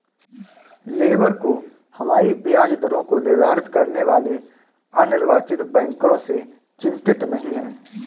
labour को हमारी ब्याज दरों को निर्धारित करने वाले अनिर्वाचित बैंकरों से चिंतित नहीं है